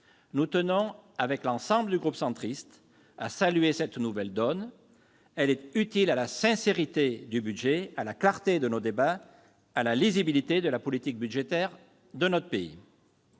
Nous tenons, avec l'ensemble des membres du groupe de l'Union Centriste, à saluer cette nouvelle donne. Elle est utile à la sincérité du budget, à la clarté de nos débats et à la lisibilité de la politique budgétaire de notre pays.